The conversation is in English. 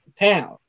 town